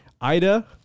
ida